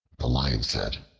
the lion said,